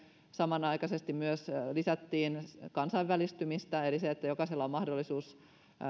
samanaikaisesti myös lisättiin kansainvälistymistä eli jokaisella on mahdollisuus